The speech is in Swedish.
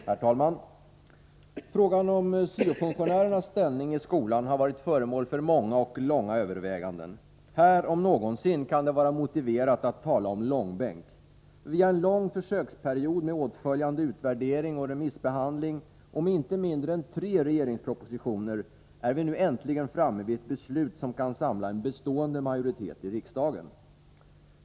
Herr talman! Frågan om syo-funktionärernas ställning i skolan har varit föremål för många och långa överväganden. Här om någonsin kan det vara motiverat att tala om långbänk. Via en lång försöksperiod med åtföljande utvärdering och remissbehandling och med inte mindre än tre regeringspropositioner är vi nu äntligen framme vid ett beslut som kan samla en bestående majoritet i riksdagen.